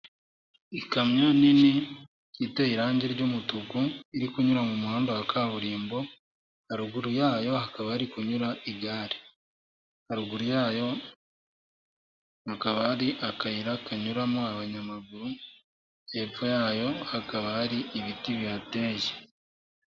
Ikamyo nini iteye irangi ry'umutuku iri kunyura mu muhanda wa kaburimbo, haruguru yayo hakaba hari kunyura igare, haruguru yayo hakaba hari akayira kanyuramo abanyamaguru, hepfo yayo hakaba hari ibiti bihateye.